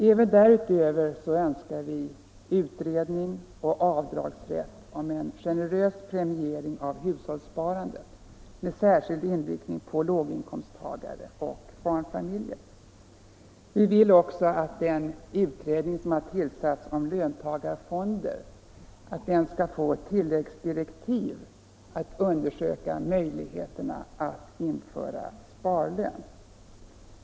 Även därutöver önskar vi utredning om en generös premiering av hushållssparandet med särskild inriktning på låginkomsttagare och barnfamiljer. Vi vill också att den utredning som har tillsatts om löntagarfonder skall få tilläggsdirektiv att undersöka möjligheterna att införa sparlön.